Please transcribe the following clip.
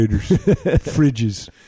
Fridges